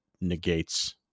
negates